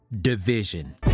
division